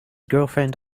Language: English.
girlfriend